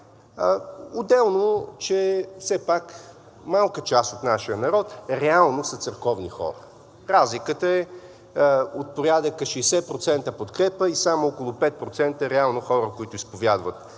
Отделно, че все пак малка част от нашия народ реално са църковни хора. Разликата е от порядъка 60% подкрепа и само около 5% реално хора, които изповядват вярата си, ходят